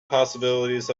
possibilities